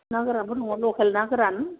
ना गोरानबो दङ लकेल ना गोरान